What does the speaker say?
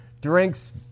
drinks